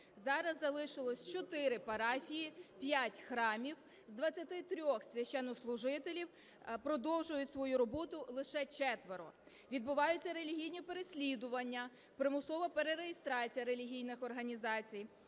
зараз залишилося 4 парафії, 5 храмів, з 23 священнослужителів продовжують свою роботу лише 4. Відбуваються релігійні переслідування, примусова перереєстрація релігійних організацій